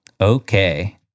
okay